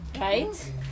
right